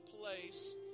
place